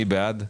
מי בעד?